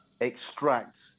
extract